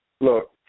Look